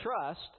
trust